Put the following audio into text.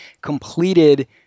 completed